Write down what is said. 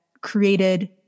created